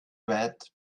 wet